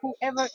whoever